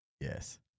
Yes